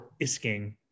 Isking